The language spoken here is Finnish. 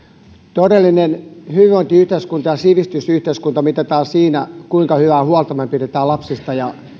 todellinen hyvinvointiyhteiskunta ja sivistysyhteiskunta mitataan siinä kuinka hyvää huolta me pidämme lapsista ja